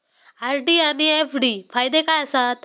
RD आनि FD फायदे काय आसात?